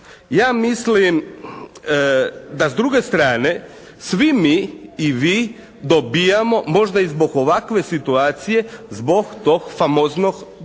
ja mislim da s druge strane svi mi i vi dobijamo možda i zbog ovakve situacije zbog tog famoznog …